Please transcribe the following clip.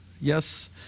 yes